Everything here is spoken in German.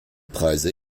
preise